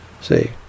See